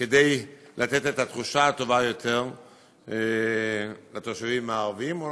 כדי לתת את התחושה הטובה יותר לתושבים הערבים או